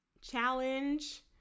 challenge